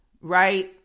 right